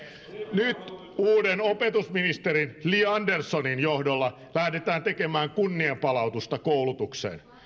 nyt uuden opetusministerin li anderssonin johdolla lähdetään tekemään kunnianpalautusta koulutukseen